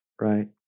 right